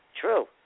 True